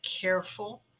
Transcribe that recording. careful